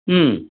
ಹ್ಞೂ